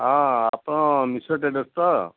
ହଁ ଆପଣ ମିଶ୍ର ଟ୍ରେଡର୍ସ ତ